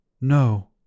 No